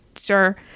sure